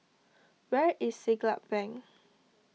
where is Siglap Bank